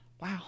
Wow